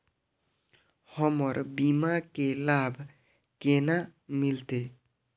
हमर बीमा के लाभ केना मिलते?